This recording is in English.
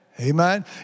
Amen